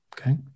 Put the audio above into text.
okay